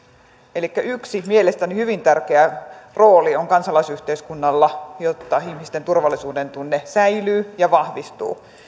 elikkä yksi mielestäni hyvin tärkeä rooli on kansalaisyhteiskunnalla jotta ihmisten turvallisuudentunne säilyy ja vahvistuu